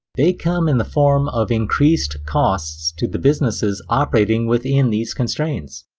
they come in the form of increased costs to the businesses operating within these constraints.